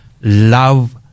love